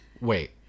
wait